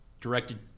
directed